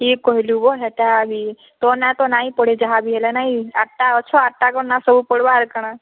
ଠିକ୍ କହିଲୁ ବୋ ହେଟା ବି ତୋ ନାଁ ତ ନାଇଁ ପଡ଼େ ଯାହାବି ହେଲେ ନାଇଁ ଆଟା ଅଛ ଆଟା କ ନାଁ ସବୁ ପଡ଼ବା ଆର୍ କାଣ